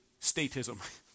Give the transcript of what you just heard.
statism